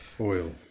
oil